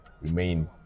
remain